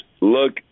look